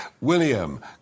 William